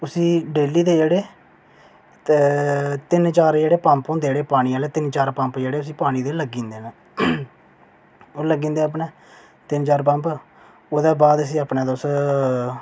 उसी डेली दे जेह्ड़े तीन चार पंप होंदे जेह्ड़े पानी आह्ले तीन चार पंप जेह्ड़े पानी दे उसी लग्गी जंदे न ओह् लग्गी जंदे अपने तीन चार पंप ओह्दे बाद प्ही अपने तुस